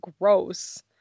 gross